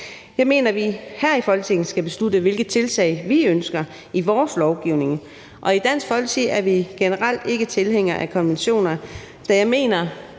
Jeg mener, at vi her i Folketinget skal beslutte, hvilke tiltag vi ønsker i vores lovgivning, og i Dansk Folkeparti er vi generelt ikke tilhængere af konventioner, da vi mener,